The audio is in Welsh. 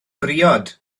briod